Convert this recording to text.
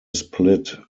split